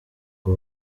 ngo